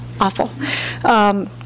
Awful